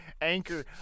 Anchor